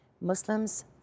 Muslims